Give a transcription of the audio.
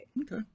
Okay